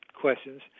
questions